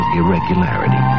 irregularity